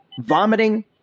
vomiting